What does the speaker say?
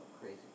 crazy